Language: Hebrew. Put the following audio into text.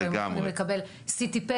והיו שמחים לקבל PET-CT,